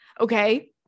Okay